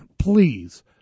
Please